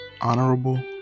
Honorable